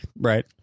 Right